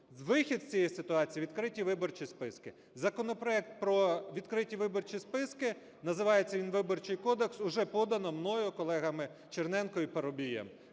Вихід з цієї ситуації – відкриті виборчі списки. Законопроект про відкриті виборчі списки, називається він Виборчий кодекс, уже подано мною, колегами Черненко і Парубієм.